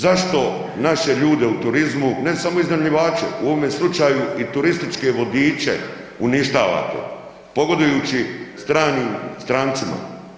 Zašto naše ljude u turizmu, ne samo iznajmljivače, u ovome slučaju i turističke vodiče uništavate pogodujući stranim strancima?